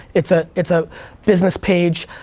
it's ah it's a business page.